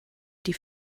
die